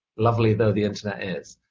lovely though the internet is.